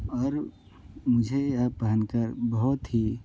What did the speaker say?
और मुझे यह पहनकर बहुत ही